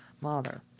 mother